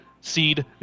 seed